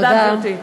תודה, גברתי.